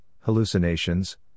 hallucinations